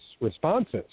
responses